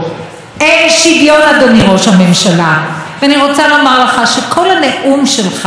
ואני רוצה לומר לך שכל הנאום שלך היה נגוע בהיבריס,